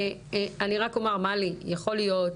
אני רק אומר שיכול להיות